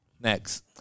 Next